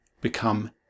become